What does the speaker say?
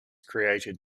created